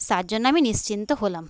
তার জন্য আমি নিশ্চিন্ত হলাম